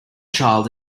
child